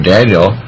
Daniel